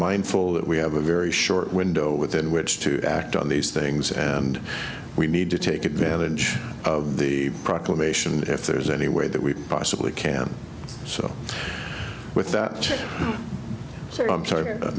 mindful that we have a very short window within which to act on these things and we need to take advantage of the proclamation if there's any way that we possibly can so with that said i'm sorry